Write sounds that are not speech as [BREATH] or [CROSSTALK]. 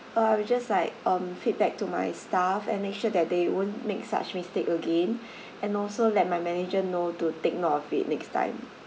uh I will just like um feedback to my staff and make sure that they won't make such mistake again [BREATH] and also let my manager know to take note of it next time